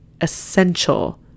essential